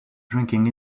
drinking